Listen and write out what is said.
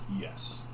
Yes